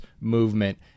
movement